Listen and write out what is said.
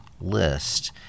list